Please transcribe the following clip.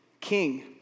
king